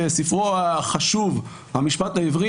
בספרו החשוב "המשפט העברי",